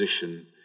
position